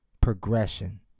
progression